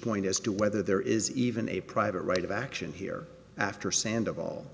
point as to whether there is even a private right of action here after sandoval